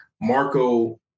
Marco